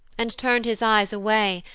and turn'd his eyes away,